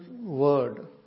word